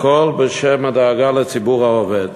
הכול בשם הדאגה לציבור העובד.